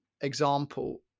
example